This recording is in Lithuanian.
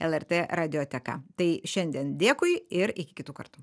lrt radioteka tai šiandien dėkui ir iki kitų kartų